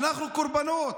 אנחנו קורבנות.